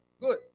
good